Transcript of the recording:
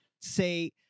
say